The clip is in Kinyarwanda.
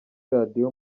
radiyo